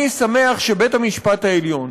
אני שמח שבית-המשפט העליון